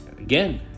again